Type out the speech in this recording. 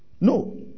No